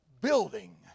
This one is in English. building